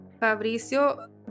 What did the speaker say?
Fabricio